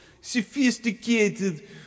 sophisticated